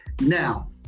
Now